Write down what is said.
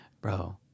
Bro